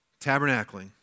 Tabernacling